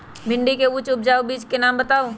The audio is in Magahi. भिंडी के उच्च उपजाऊ बीज के नाम बताऊ?